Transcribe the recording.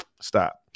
stop